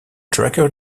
tracker